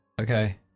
Okay